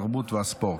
התרבות והספורט.